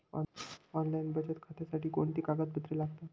Online बचत खात्यासाठी कोणती कागदपत्रे लागतात?